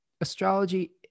astrology